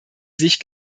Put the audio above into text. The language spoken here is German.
sich